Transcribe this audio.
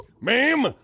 Ma'am